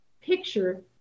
picture